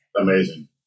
amazing